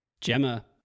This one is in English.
Gemma